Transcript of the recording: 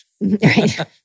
Right